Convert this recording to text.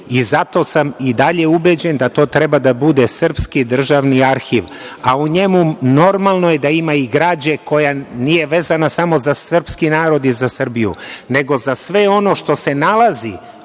I zato sam i dalje ubeđen da to treba da bude srpski državni arhiv, a u njemu normalno je da ima i građe, koja nije vezana samo za srpski narod, nego i za Srbiju, nego i za sve ono što se nalazi